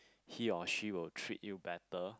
he or she will treat you better